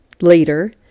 later